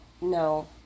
No